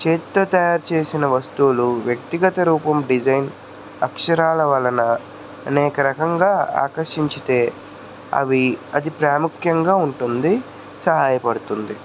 చేత్తో తయారుచేసిన వస్తువులు వ్యక్తిగత రూపం డిజైన్ అక్షరాల వలన అనేక రకంగా ఆకర్షించితే అవి అది ప్రాముఖ్యంగా ఉంటుంది సహాయపడుతుంది